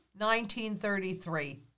1933